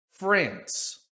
France